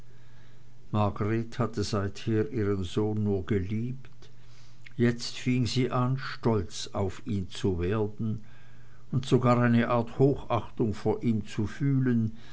hatte bisher ihren sohn nur geliebt jetzt fing sie an stolz auf ihn zu werden und sogar eine art hochachtung vor ihm zu fühlen